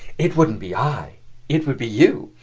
it wouldn't be i it would be you.